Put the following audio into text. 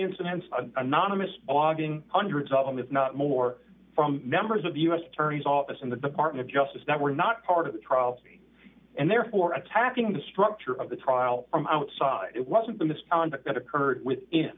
incidents anonymous blogging hundreds of them if not more from members of the u s attorney's office in the department of justice that were not part of the trial and therefore attacking the structure of the trial from outside it wasn't the misconduct that occurred